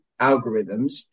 algorithms